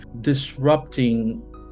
disrupting